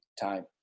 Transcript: time